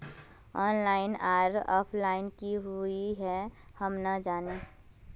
Online आर offline की हुई है हम ना जाने?